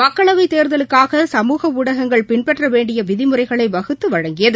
மக்களவைத் தேர்தலுக்காக சமூக ஊடகங்கள் பின்பற்ற வேண்டிய விதிமுறைகளை வகுத்து வழங்கியது